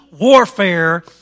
warfare